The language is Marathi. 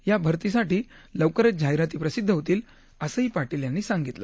या भरतीसाठी लवकरच जाहिराती प्रसिद्ध होतील असं पाटील यांनी सांगितलं